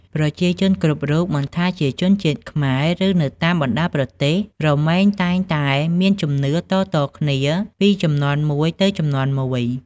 ប្រជាជនគ្រប់រូបមិនថាជាជនជាតិខ្មែរ ឬនៅតាមបណ្តាប្រទេសរមែងតែងតែមានជំនឿតៗគ្នាពីជំនាន់មួយទៅជំនាន់មួយ។